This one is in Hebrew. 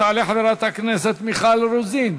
תעלה חברת הכנסת מיכל רוזין,